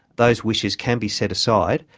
those wishes can be set aside,